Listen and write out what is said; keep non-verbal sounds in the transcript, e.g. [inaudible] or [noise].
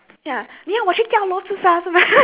ya 你要我去跳楼自杀是吗:ni yao wo qu tiao lou zi sha shi ma [laughs]